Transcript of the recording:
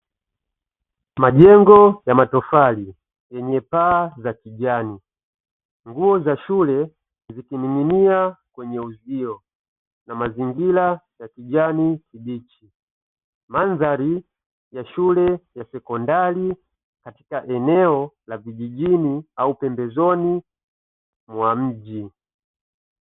Majengo ya matofali yenye paa za kijani. Nguo za shule zikining’inia kwenye uzio, na mazingira ya kijani kibichi. Mandhari ya shule ya sekondari katika eneo la kijijini au eneo la pembezoni mwa mji.